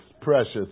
precious